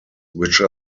which